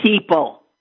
people